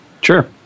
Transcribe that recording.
Sure